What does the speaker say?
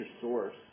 source